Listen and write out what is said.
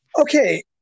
okay